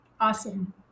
awesome